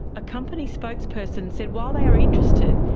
a company spokesperson said while they are interested,